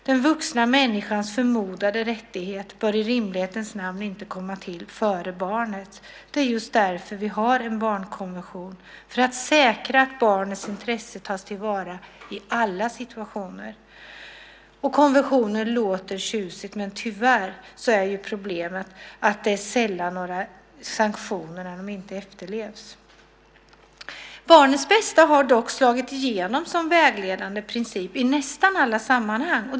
Den vuxna människans förmodade rättighet bör i rimlighetens namn inte gå före barnets. Det är just därför vi har en barnkonvention; för att säkra att barnets intressen tas till vara i alla situationer. Konventioner låter tjusigt, men tyvärr är problemet att det sällan blir några sanktioner om de inte efterlevs. Barnets bästa har dock slagit igenom som vägledande princip i nästan alla sammanhang.